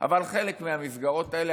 אבל חלק מהמסגרות האלה,